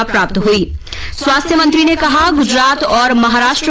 um da so ah so and da da da da da da da